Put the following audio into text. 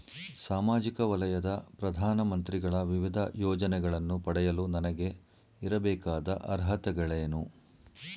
ಸಾಮಾಜಿಕ ವಲಯದ ಪ್ರಧಾನ ಮಂತ್ರಿಗಳ ವಿವಿಧ ಯೋಜನೆಗಳನ್ನು ಪಡೆಯಲು ನನಗೆ ಇರಬೇಕಾದ ಅರ್ಹತೆಗಳೇನು?